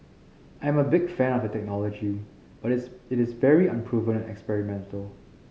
I am a big fan of the technology but is it is very unproven and experimental